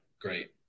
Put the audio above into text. great